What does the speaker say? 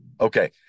Okay